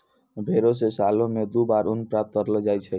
भेड़ो से सालो मे दु बार ऊन प्राप्त करलो जाय छै